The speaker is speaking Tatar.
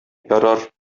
ярар